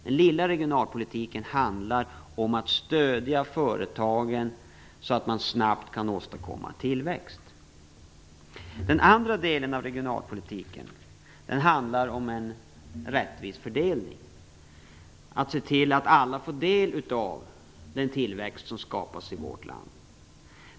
Den lilla regionalpolitiken handlar om att stödja företagen, så att man snabbt kan åstadkomma tillväxt. Den andra delen av regionalpolitiken handlar om en rättvis fördelning, om att se till att alla får del av den tillväxt som skapas i vårt land.